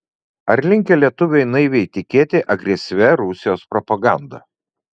ar linkę lietuviai naiviai tikėti agresyvia rusijos propaganda